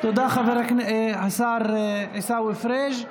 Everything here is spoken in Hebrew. תודה, השר עיסאווי פריג'.